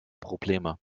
probleme